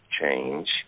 change